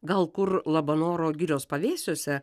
gal kur labanoro girios pavėsiuose